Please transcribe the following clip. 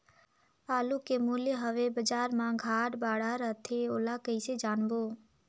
आलू के मूल्य हवे बजार मा घाट बढ़ा रथे ओला कइसे जानबो?